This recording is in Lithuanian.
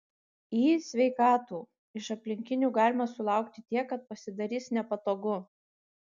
į sveikatų iš aplinkinių galima sulaukti tiek kad pasidarys nepatogu